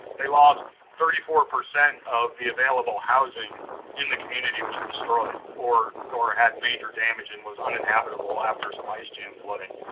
they lost thirty four percent of the available housing in the community that was destroyed or or had major damage and was uninhabitable after some ice jam flooding.